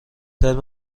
ترم